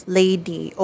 lady